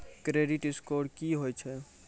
Credit score की होय छै?